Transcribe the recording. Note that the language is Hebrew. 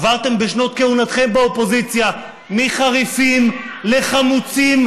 עברתם בשנות כהונתכם באופוזיציה מחריפים לחמוצים,